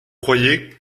croyez